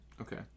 Okay